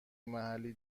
محلی